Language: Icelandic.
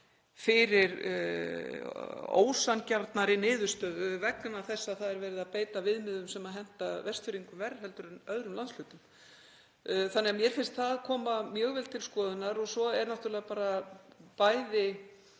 fyrir ósanngjarnari niðurstöðu vegna þess að það er verið að beita viðmiðum sem henta Vestfjörðum verr heldur en öðrum landshlutum. Þannig að mér finnst það koma mjög vel til skoðunar. Svo er náttúrlega bæði